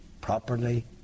properly